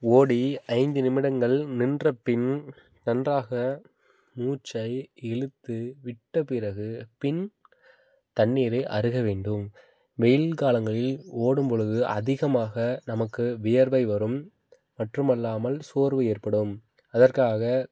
ஓடி ஐந்து நிமிடங்கள் நின்ற பின் நன்றாக மூச்சை இழுத்து விட்ட பிறகு பின் தண்ணீரை அருக வேண்டும் வெயில் காலங்களில் ஓடும் பொழுது அதிகமாக நமக்கு வியர்வை வரும் மட்றுமல்லாமல் சோர்வு ஏற்படும் அதற்காக